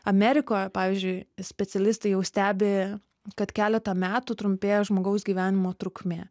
amerikoje pavyzdžiui specialistai jau stebi kad keletą metų trumpėja žmogaus gyvenimo trukmė